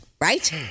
right